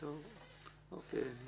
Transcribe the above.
אני